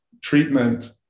treatment